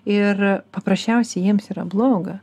ir paprasčiausiai jiems yra bloga